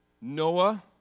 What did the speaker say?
Noah